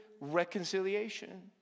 reconciliation